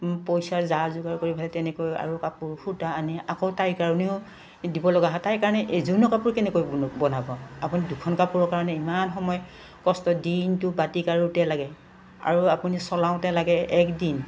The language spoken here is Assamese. পইচাৰ যা যোগাৰ কৰি পেলাই তেনেকৈ আৰু কাপোৰ সূতা আনি আকৌ তাইৰ কাৰণেও দিব লগা হয় তাই কাৰণে এযোৰনো কাপোৰ কেনেকৈ ব বনাব আপুনি দুখন কাপোৰৰ কাৰণে ইমান সময় কষ্ট দিনটো বাতি কোৰোতে লাগে আৰু আপুনি চলাওঁতে লাগে একদিন